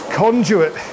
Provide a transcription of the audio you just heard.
conduit